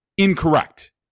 Incorrect